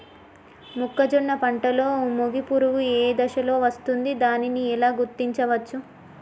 మొక్కజొన్న పంటలో మొగి పురుగు ఏ దశలో వస్తుంది? దానిని ఎలా గుర్తించవచ్చు?